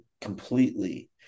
completely